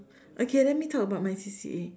okay let me talk about my C_C_A